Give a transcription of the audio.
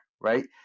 right